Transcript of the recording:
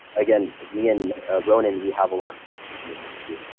again, me and ronan we have a lot of connections in the industry.